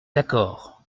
d’accord